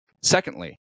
Secondly